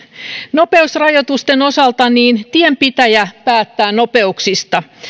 nopeusrajoitusten osalta tienpitäjä päättää nopeuksista